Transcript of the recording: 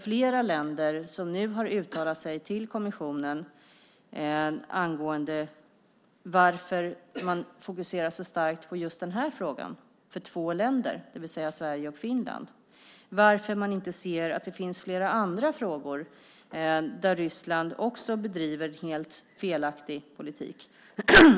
Flera länder har nu uttalat sig till kommissionen om varför de fokuserar så starkt på den här frågan för två länder, det vill säga Sverige och Finland, och varför de inte ser att det finns flera andra frågor där Ryssland också bedriver en felaktig politik.